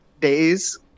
days